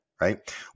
right